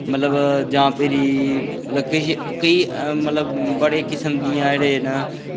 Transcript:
मतलब जां फिरी मतलब किछ मतलब बड़े किस्म दियां जेह्ड़े न